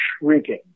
shrieking